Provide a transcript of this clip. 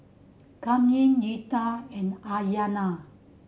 Kamden Retta and Aiyana